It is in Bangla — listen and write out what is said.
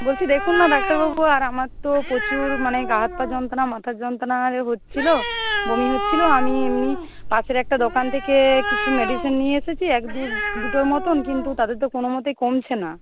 বলছি দেখুন না ডাক্তারবাবু আর আমার তো প্রচুর মানে গা হাত পা যন্ত্রণা মাথার যন্ত্রণা আরে হচ্ছিল বমি হচ্ছিল আমি এমনি পাশের একটা দোকান থেকে কিছু মেডিসিন নিয়ে এসেছি এক দুটোর মতন কিন্তু তাতে তো কোনোমতেই কমছে না